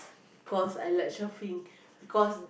because I like shopping because